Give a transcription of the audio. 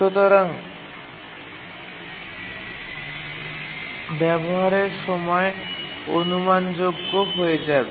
সুতরাং বাবহারের সময় অনুমানযোগ্য হয়ে যায়